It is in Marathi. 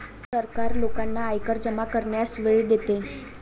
सरकार लोकांना आयकर जमा करण्यास वेळ देते